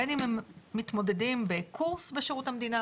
בין אם הם מתמודדים בקורס בשירות המדינה.